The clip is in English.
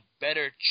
better